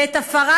ואת הפרת